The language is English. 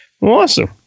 Awesome